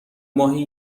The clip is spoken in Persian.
ماهی